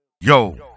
Yo